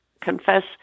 confess